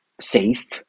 safe